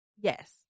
Yes